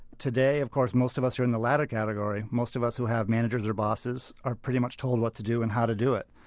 today, of course, most of us are in the latter category most of us who have managers or bosses are pretty much told what to do and how to do it.